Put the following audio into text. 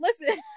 listen